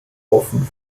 offen